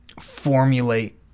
formulate